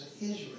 Israel